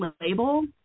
label